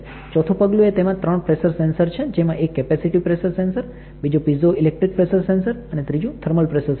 ચોથું પગલું એ તેમાં ત્રણ પ્રેસર સેન્સર્સ છે જેમાં એક કેપેસિટિવ પ્રેસર સેન્સર બીજું પીઝોઇલેક્ટ્રિક પ્રેસર સેન્સર અને ત્રીજું થર્મલ પ્રેસર સેન્સર છે